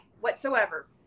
whatsoever